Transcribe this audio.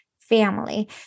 family